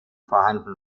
vorhanden